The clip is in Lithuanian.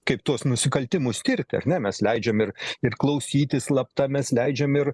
kaip tuos nusikaltimus tirti ar ne mes leidžiam ir ir klausytis slapta mes leidžiam ir